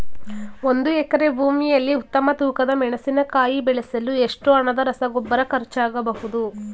ಒಂದು ಎಕರೆ ಭೂಮಿಯಲ್ಲಿ ಉತ್ತಮ ತೂಕದ ಮೆಣಸಿನಕಾಯಿ ಬೆಳೆಸಲು ಎಷ್ಟು ಹಣದ ರಸಗೊಬ್ಬರ ಖರ್ಚಾಗಬಹುದು?